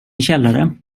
källare